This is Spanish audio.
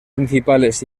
principales